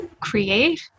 create